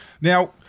Now